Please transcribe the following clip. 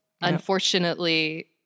Unfortunately